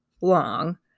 long